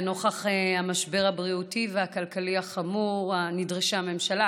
לנוכח המשבר הבריאותי והכלכלי החמור נדרשה הממשלה